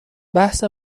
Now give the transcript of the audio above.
بحث